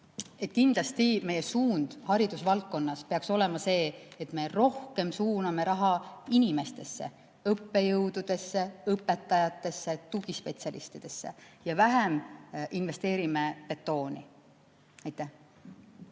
Kindlasti meie suund haridusvaldkonnas peaks olema see, et me rohkem suuname raha inimestesse – õppejõududesse, õpetajatesse, tugispetsialistidesse – ja vähem investeerime betooni. Aitäh!